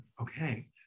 Okay